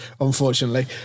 unfortunately